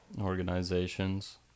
organizations